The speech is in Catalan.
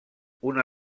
una